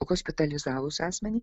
hospitalizavus asmenį